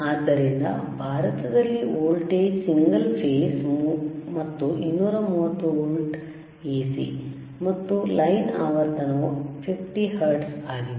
ಆದ್ದರಿಂದ ಭಾರತದಲ್ಲಿ voltage single phase ಮತ್ತು 230 ವೋಲ್ಟ್ AC ಮತ್ತು ಲೈನ್ ಆವರ್ತನವು 50 ಹರ್ಟ್ಜ್ ಆಗಿದೆ